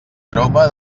aroma